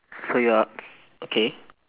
so you are okay